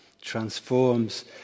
transforms